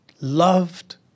loved